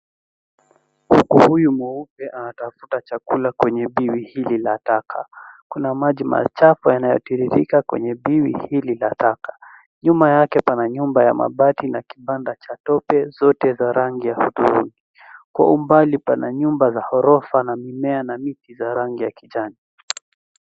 Huyu mweupe anatafuta chakula kwenye biwi hili la taka. Kuna maji machafu yanayo tiririka kwenye biwi hili la taka. Nyuma yake pana nyumba ya mabati na kibanda cha tope zote za rangi ya hudhurungi. Kwa umbali pana nyumba za ghorofa na mimea na miti za rangi ya kijani.